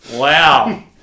Wow